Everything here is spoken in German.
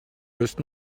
löst